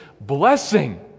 blessing